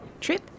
trip